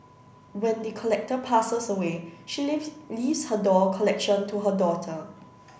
when the collector passes away she leaves her doll collection to her daughter